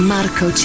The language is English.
Marco